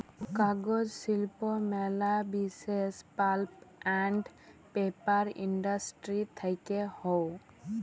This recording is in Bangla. কাগজ শিল্প ম্যালা বিসেস পাল্প আন্ড পেপার ইন্ডাস্ট্রি থেক্যে হউ